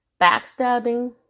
backstabbing